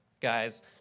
guys